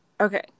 Okay